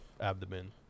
abdomen